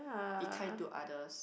be kind to others